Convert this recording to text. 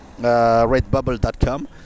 redbubble.com